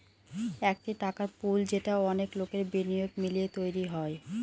একটি টাকার পুল যেটা অনেক লোকের বিনিয়োগ মিলিয়ে তৈরী হয়